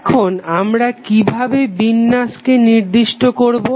এখন আমরা কিভাবে বিন্যাসকে নির্দিষ্ট করবো